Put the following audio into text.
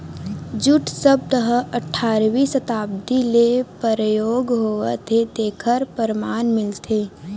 jute सब्द ह अठारवी सताब्दी ले परयोग होवत हे तेखर परमान मिलथे